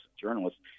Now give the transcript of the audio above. journalists